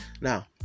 Now